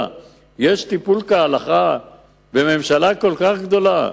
יש טיפול כהלכה בממשלה כל כך גדולה?